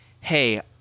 hey